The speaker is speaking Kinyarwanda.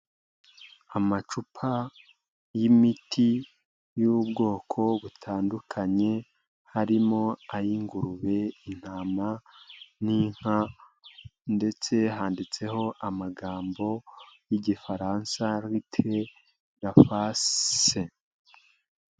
Amacupa y'imiti y'ubwoko butandukanye, harimo ay'ingurube, intama n'inka ndetse handitseho amagambo y'igifaransa litire lapase.